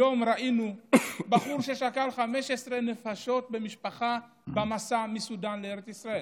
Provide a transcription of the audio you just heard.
היום ראינו בחור ששכל 15 נפשות במשפחה במסע מסודאן לארץ ישראל.